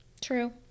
true